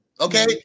Okay